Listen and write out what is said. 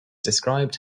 described